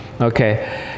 Okay